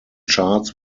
charts